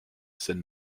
seine